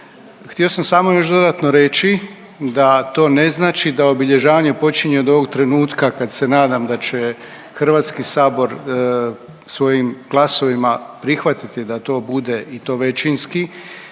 Htio sam samo još dodatno reći da to ne znači da obilježavanje počinje od ovog trenutka kad se nadam da će Hrvatski sabor svojim glasovima prihvatiti da to bude i to većinski,